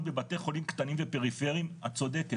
בבתי חולים קטנים ופריפריים את צודקת,